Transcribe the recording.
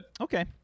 Okay